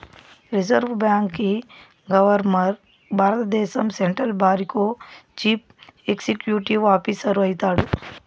reserve బాంకీ governor భారద్దేశం central బారికో చీఫ్ ఎక్సిక్యూటివ్ ఆఫీసరు అయితాడు